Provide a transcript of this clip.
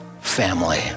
family